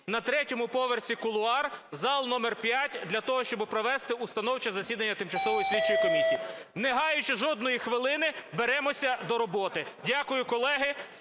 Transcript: на третьому поверсі кулуарів, зал номер 5, для того, щоби провести установче засідання Тимчасової слідчої комісії. Не гаючи жодної хвилини, беремося до роботи. Дякую, колеги.